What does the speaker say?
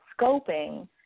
scoping